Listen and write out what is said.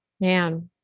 Man